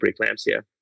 preeclampsia